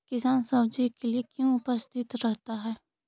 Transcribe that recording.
किसान सब्जी के लिए क्यों उपस्थित रहता है?